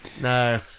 No